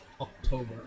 October